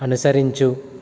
అనుసరించు